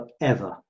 forever